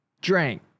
drank